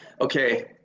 okay